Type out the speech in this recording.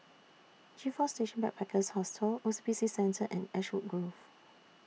G four Station Backpackers Hostel O C B C Centre and Ashwood Grove